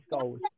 goals